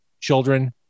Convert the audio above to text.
children